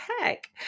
heck